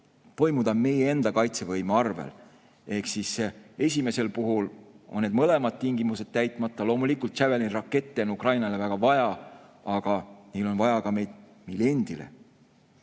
toimuda meie enda kaitsevõime arvel. Esimesel puhul on need mõlemad tingimused täitmata. Loomulikult Javelini rakette on Ukrainale väga vaja, aga neid on vaja ka meile endile.